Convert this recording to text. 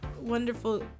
wonderful